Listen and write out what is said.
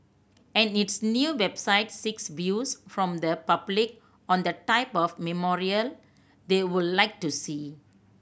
and its new website seeks views from the public on their type of memorial they would like to see